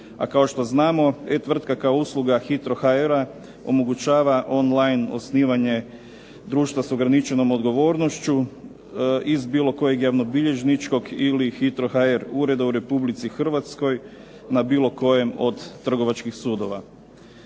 a kao što znamo e-tvrtka kao usluga HITRO.hr-a omogućava online osnivanje društva s ograničenom odgovornošću, iz bilo kojeg javnobilježničkog ili HITRO.hr ureda u Republici Hrvatskoj, na bilo kojem od trgovačkih sudova.